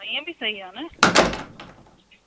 हा ईअं बि सही आहे न